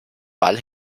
ball